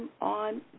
on